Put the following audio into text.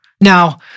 Now